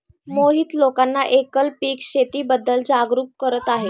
मोहित लोकांना एकल पीक शेतीबद्दल जागरूक करत आहे